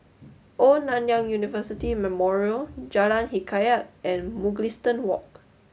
Old Nanyang University Memorial Jalan Hikayat and Mugliston Walk